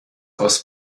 aus